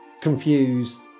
confused